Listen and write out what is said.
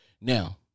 Now